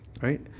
right